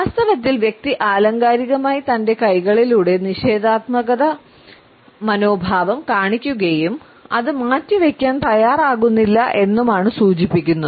വാസ്തവത്തിൽ വ്യക്തി ആലങ്കാരികമായി തന്റെ കൈകളിലൂടെ നിഷേധാത്മക മനോഭാവം കാണിക്കുകയും അത് മാറ്റിവെക്കാൻ തയ്യാറാകുന്നില്ല എന്നും ആണ് സൂചിപ്പിക്കുന്നത്